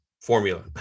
formula